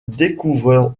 découvreur